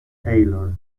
tailor